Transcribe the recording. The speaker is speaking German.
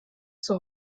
zur